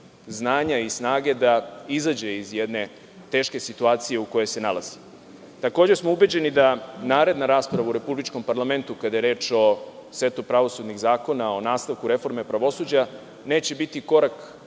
znanja i snage da izađe iz jedne teške situacije u kojoj se nalazi. Takođe, ubeđeni smo da naredna rasprava u republičkom parlamentu, kada je reč o setu pravosudnih zakona, o nastavku reforme pravosuđa, neće biti korak